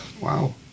Wow